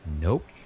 Nope